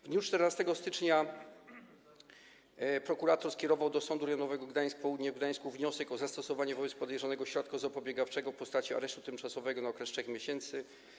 W dniu 14 stycznia prokurator skierował do Sądu Rejonowego Gdańsk-Południe w Gdańsku wniosek o zastosowanie wobec podejrzanego środka zapobiegawczego w postaci aresztu tymczasowego na okres 3 miesięcy.